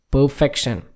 Perfection